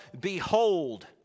behold